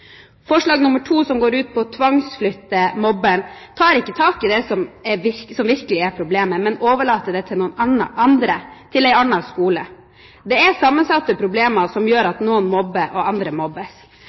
Forslag nr. 2, som går ut på å tvangsflytte mobberen, tar ikke tak i det som virkelig er problemet, men overlater det til noen andre, til en annen skole. Det er sammensatte problemer som gjør